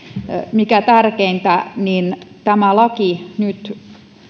mikä tärkeintä tämä laki nyt